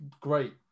great